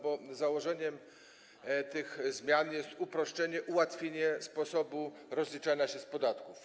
Bo założeniem tych zmian jest uproszczenie, ułatwienie sposobu rozliczania się z podatków.